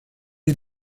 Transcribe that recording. est